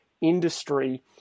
industry